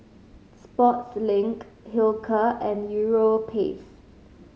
Sportslink Hilker and Europace